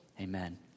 amen